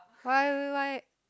why are we why